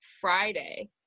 Friday